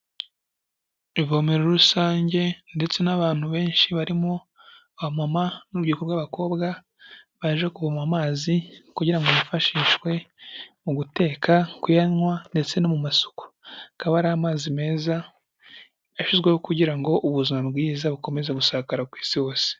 Ivomero rusange ndetse n'abantu benshi barimo abamamama n'urubyiruko rw'abakobwa, baje kuvoma amazi kugira ngo yifashishwe mu guteka, kuyanywa ndetse no mu masuku. Akaba ari amazi meza, yashyizweho kugira ngo ubuzima bwiza bukomeze gusakara ku isi hose.